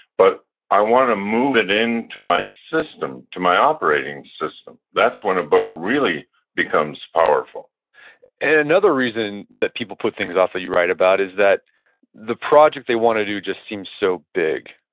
but i want to move it in to my system, to my operating system. that's when a book really becomes powerful another reason that people put things off that you write about is that the project they want to do just seems to so big.